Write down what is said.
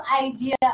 idea